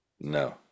No